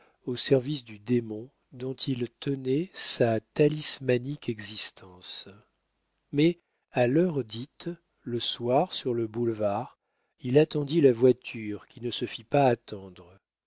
au service du démon dont il tenait sa talismanique existence mais à l'heure dite le soir sur le boulevard il attendit la voiture qui ne se fit pas attendre